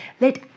let